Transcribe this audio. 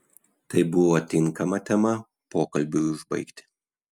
tai buvo tinkama tema pokalbiui užbaigti